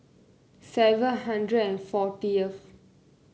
seven hundred and fortieth